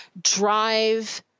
drive